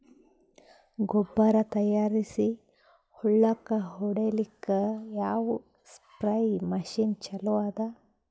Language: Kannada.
ಗೊಬ್ಬರ ತಯಾರಿಸಿ ಹೊಳ್ಳಕ ಹೊಡೇಲ್ಲಿಕ ಯಾವ ಸ್ಪ್ರಯ್ ಮಷಿನ್ ಚಲೋ ಅದ?